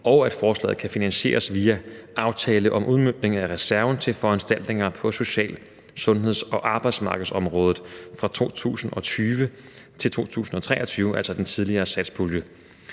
og at forslaget kan finansieres via aftale om udmøntning af reserven til foranstaltninger på social-, sundheds- og arbejdsmarkedsområdet fra 2020 til 2023, altså den tidligere satspulje.